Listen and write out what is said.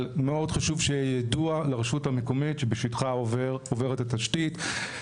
אבל מאוד חשוב שיהיה ידוע לרשות המקומית שבשטחה עוברת התשתית.